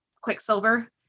Quicksilver